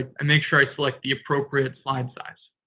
i make sure i select the appropriate slide size.